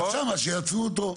אז שם שיעצרו אותו.